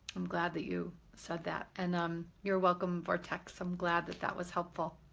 i'm glad that you said that and um you're welcome vortex. i'm glad that that was helpful.